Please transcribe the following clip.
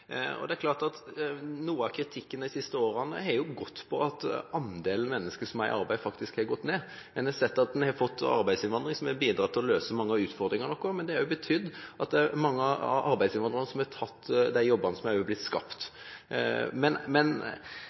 Noe av kritikken de siste årene har gått på at andelen mennesker som er i arbeid, faktisk har gått ned. En har sett at en har fått en arbeidsinnvandring som har bidratt til å løse mange av utfordringene våre, men det har også betydd at mange av arbeidsinnvandrerne har tatt de jobbene som har blitt skapt.